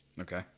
Okay